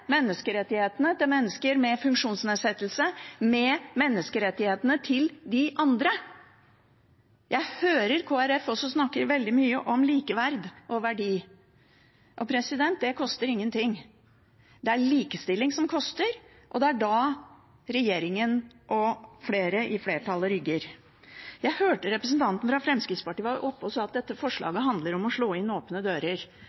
menneskerettighetene til mennesker med funksjonsnedsettelse med menneskerettighetene til de andre. Jeg hører Kristelig Folkeparti snakker veldig mye om likeverd og verdi. Det koster ingenting. Det er likestilling som koster, og det er da regjeringen og flere i flertallet rygger. Jeg hørte representanten fra Fremskrittspartiet var oppe og sa at dette forslaget handler om å slå inn åpne dører.